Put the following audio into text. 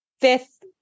fifth